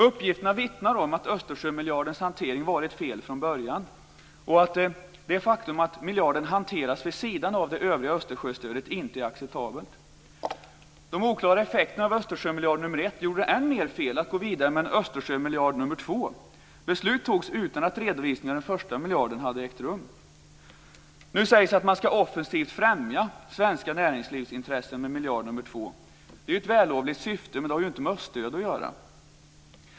Uppgifterna vittnar om att Östersjömiljardens hantering har varit fel från början och att det faktum att miljarden hanteras vid sidan av det övriga Östersjöstödet inte är acceptabelt. De oklara effekterna av Östersjömiljarden nr 1 gjorde det än mer fel att gå vidare med en Östersjömiljard nr 2. Beslut fattades utan att redovisningen av den första miljarden hade ägt rum. Nu sägs det att man offensivt ska främja svenska näringslivsintressen med miljard nr 2. Det är ett vällovligt syfte, men det har inte med öststöd att göra.